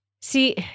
See